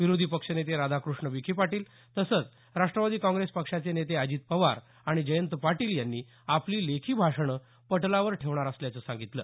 विरोधी पक्षनेते राधाकृष्ण विखे पाटील तसंच राष्टवादी काँग्रेस पक्षाचे नेते अजित पवार आणि जयंत पाटील यांनी आपली लेखी भाषणं पटलावर ठेवणार असल्याचं सांगितलं